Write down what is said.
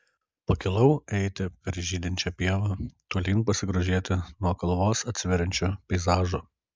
pakilau eiti per žydinčią pievą tolyn pasigrožėti nuo kalvos atsiveriančiu peizažu